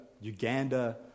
Uganda